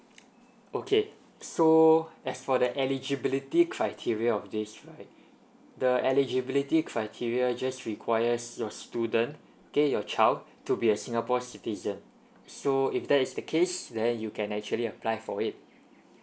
okay so as for the eligibility criteria of this right the eligibility criteria just requires your student okay your child to be a singapore citizen so if that is the case then you can actually apply for it